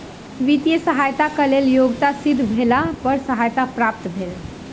वित्तीय सहयताक लेल योग्यता सिद्ध भेला पर सहायता प्राप्त भेल